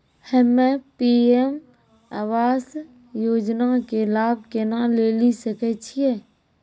हम्मे पी.एम आवास योजना के लाभ केना लेली सकै छियै?